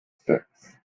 six